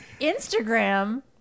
Instagram